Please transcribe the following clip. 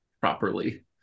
properly